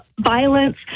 violence